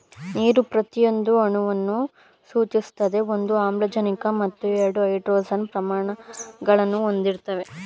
ನೀರು ಪ್ರತಿಯೊಂದು ಅಣುವನ್ನು ಸೂಚಿಸ್ತದೆ ಒಂದು ಆಮ್ಲಜನಕ ಮತ್ತು ಎರಡು ಹೈಡ್ರೋಜನ್ ಪರಮಾಣುಗಳನ್ನು ಹೊಂದಿರ್ತದೆ